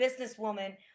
businesswoman